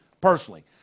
personally